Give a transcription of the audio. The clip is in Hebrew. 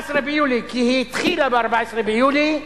14 ביולי, כי היא התחילה ב-14 ביולי,